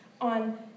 on